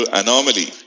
anomaly